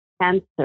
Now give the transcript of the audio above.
cancer